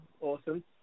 Awesome